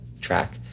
track